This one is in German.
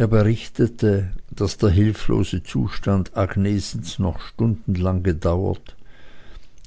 er berichtete daß der hilflose zustand agnesens noch stundenlange gedauert